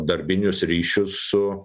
darbinius ryšius su